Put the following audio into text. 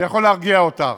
אני יכול להרגיע אותך,